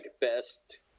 best